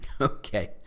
Okay